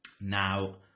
Now